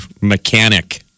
mechanic